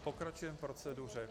Pokračujeme v proceduře.